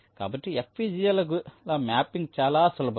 కాబట్టి FPGA ల mapping చాలా సులభం